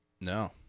No